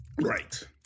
Right